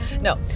No